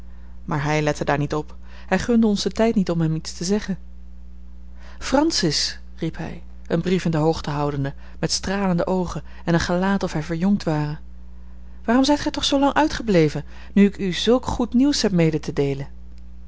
maar hij lette daar niet op hij gunde ons den tijd niet om hem iets te zeggen francis riep hij een brief in de hoogte houdende met stralende oogen en een gelaat of hij verjongd ware waarom zijt gij toch zoo lang uitgebleven nu ik u zulk goed nieuws heb mee te deelen